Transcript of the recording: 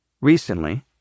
recently